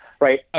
right